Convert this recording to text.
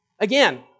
Again